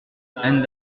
hent